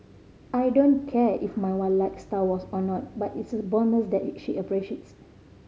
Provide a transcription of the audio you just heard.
I don't care if my wife likes Star Wars or not but it's a bonus that she appreciates